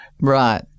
Right